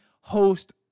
host